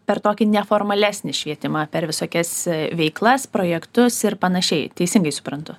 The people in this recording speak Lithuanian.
per tokį neformalesnį švietimą per visokias veiklas projektus ir panašiai teisingai suprantu